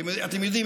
אתם יודעים,